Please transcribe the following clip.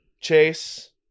Chase